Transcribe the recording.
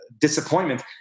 disappointment